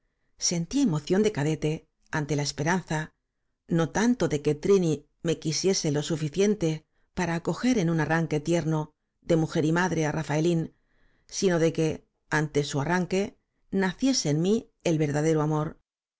sentía emoción de cadete ante la esperanza no tanto de que trini me quisiese lo suficiente para acoger en un arranque tierno de mujer y madre á rafaelín sino de que ante su arranque naciese en mí el verdadero amor